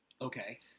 Okay